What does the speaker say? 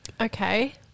okay